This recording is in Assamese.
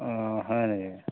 হয় নেকি